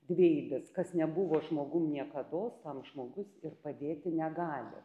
dvieilis kas nebuvo žmogum niekados tam žmogus ir padėti negali